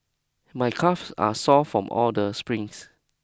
my calves are sore from all the sprints